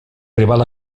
rival